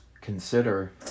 consider